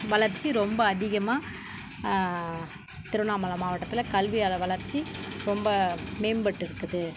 வளர்ச்சி ரொம்ப அதிகமாக திருவண்ணாமலை மாவட்டத்தில் கல்வி அள வளர்ச்சி ரொம்ப மேம்பட்டு இருக்குது